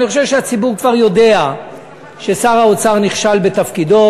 אני חושב שהציבור כבר יודע ששר האוצר נכשל בתפקידו.